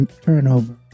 turnover